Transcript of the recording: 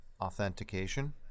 authentication